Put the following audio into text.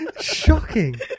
Shocking